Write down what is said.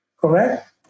correct